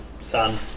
Sun